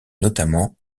notamment